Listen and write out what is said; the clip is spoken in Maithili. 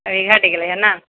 घटि गेलै हँ ने